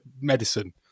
medicine